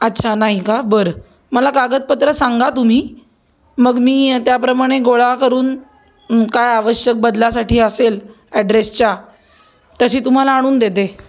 अच्छा नाही का बरं मला कागदपत्रं सांगा तुम्ही मग मी त्याप्रमाणे गोळा करून काय आवश्यक बदलासाठी असेल ॲड्रेसच्या तशी तुम्हाला आणून देते